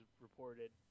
reported